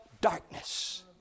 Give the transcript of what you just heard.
darkness